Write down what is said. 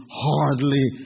hardly